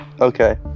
okay